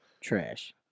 trash